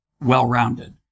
well-rounded